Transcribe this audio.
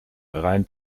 rhein